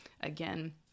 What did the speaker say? again